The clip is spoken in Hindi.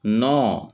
नौ